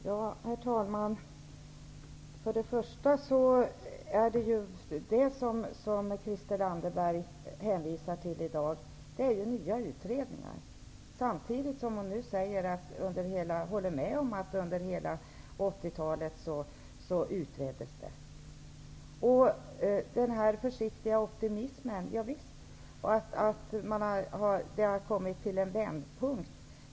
Herr talman! Det Christel Anderberg i dag hänvisar till är ju nya utredningar. Samtidigt håller hon med om att det utreddes under hela 80-talet. Ja, visst finns det en försiktig optimism och nog har vi kommit till en vändpunkt.